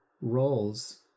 roles